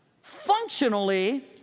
functionally